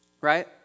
right